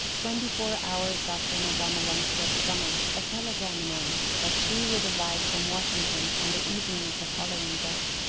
twenty-four hours after madame olenska's summons a telegram announced that she would arrive from washington on the evening of the following day.